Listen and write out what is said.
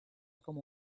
como